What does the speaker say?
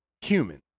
human